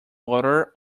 water